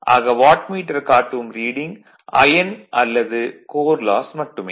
ஆக வாட்மீட்டர் காட்டும் reading iron அல்லது கோர் லாஸ் மட்டுமே